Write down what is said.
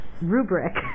rubric